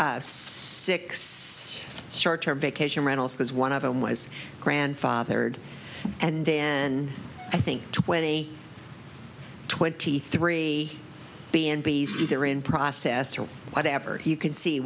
six short term vacation rentals because one of them was grandfathered and then i think twenty twenty three b and b s either in process or whatever you can see